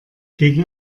gegen